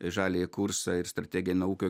žaliąjį kursą ir strateginę ūkio